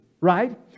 right